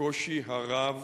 בקושי הרב